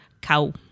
cow